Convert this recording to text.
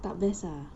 tak best ah